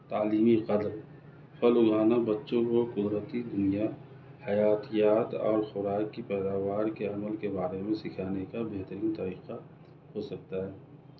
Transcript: تعلیمی قدر پھل اُگانا بچوں کو قدرتی دنیا حیاتیات اور خوراک کی پیداوار کے عمل کے بارے میں سکھانے کا بہترین طریقہ ہو سکتا ہے